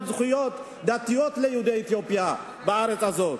זכויות דתיות ליהודי אתיופיה בארץ הזאת.